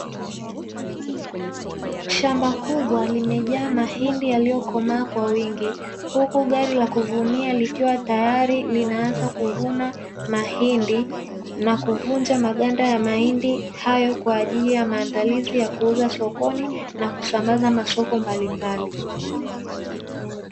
Shamba kubwa limejaa mahindi yaliyokomaa kwa wingi huku gari la kuvunia likiwa tayari linaaanza kuvuna mahindi na kuvunja maganda ya mahindi hayo kwa ajili ya maandalizi ya kuuza sokoni na kusambaza masoko mbalimbali.